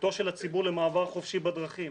זכותו של הציבור למעבר חופשי לדרכים,